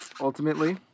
ultimately